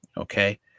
okay